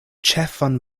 ĉefan